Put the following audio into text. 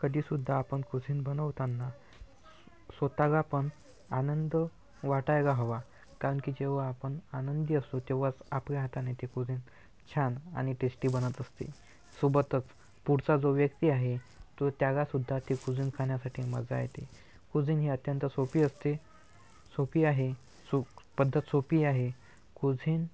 कधी सुद्धा आपण कुझीन बनवताना स्वतःला पण आनंद वाटायला हवा कारण की जेव्हा आपण आनंदी असतो तेव्हाच आपल्या हाताने ते कुझीन छान आणि टेस्टी बनत असते सोबतच पुढचा जो व्यक्ती आहे त्याला सुध्दा ते कुझीन खाण्यासाठी मज्जा येते कुझीन ही अत्यंत सोपी असते सोपी आहे चूक पद्धत सोपी आहे कुझीन